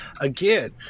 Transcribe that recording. again